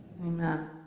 Amen